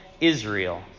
Israel